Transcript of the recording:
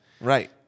Right